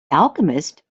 alchemist